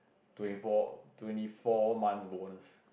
twenty four twenty four months bonus